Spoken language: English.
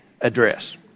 address